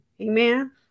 Amen